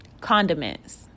condiments